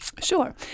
Sure